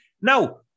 Now